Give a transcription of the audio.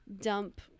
dump